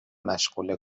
مشغول